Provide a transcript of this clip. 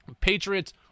Patriots